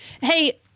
Hey